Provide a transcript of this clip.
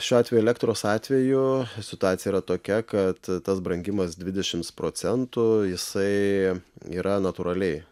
šiuo atveju elektros atveju situacija yra tokia kad tas brangimas dvidešimt procentų jisai yra natūraliai